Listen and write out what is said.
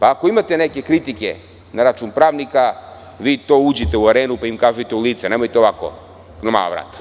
Ako imate neke kritike na račun pravnika, vi uđite u Arenu pa im kažite u lice, nemojte ovako na mala vrata.